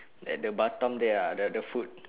at the batam there ah the the food